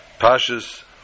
pashas